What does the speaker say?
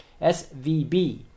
SVB